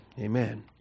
Amen